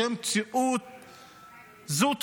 זו מציאות,